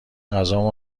غذامو